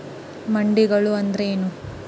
ಮಂಡಿಗಳು ಅಂದ್ರೇನು?